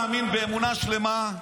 אני מאמין באמונה שלמה,